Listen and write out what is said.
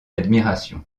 admiration